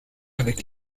avec